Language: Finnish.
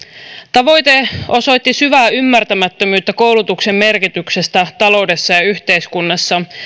tavoite osoitti syvää ymmärtämättömyyttä koulutuksen merkityksestä taloudessa ja ja yhteiskunnassa